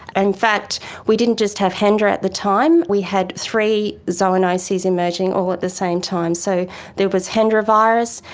and fact we didn't just have hendra at the time, we had three zoonoses emerging all at the same time. so there was hendra virus,